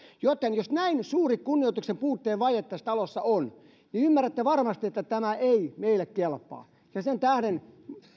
joten jos näin suuri kunnioituksen vaje tässä talossa on ymmärrätte varmasti että tämä ei meille kelpaa sen tähden